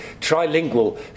trilingual